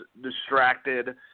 distracted